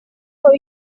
aho